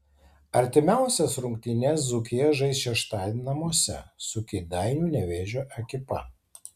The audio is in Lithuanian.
artimiausias rungtynes dzūkija žais šeštadienį namuose su kėdainių nevėžio ekipa